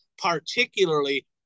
particularly